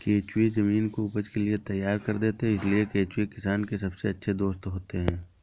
केंचुए जमीन को उपज के लिए तैयार कर देते हैं इसलिए केंचुए किसान के सबसे अच्छे दोस्त होते हैं